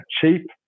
cheap